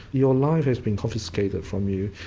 your life has been confiscated from you,